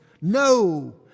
No